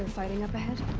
fighting up ahead?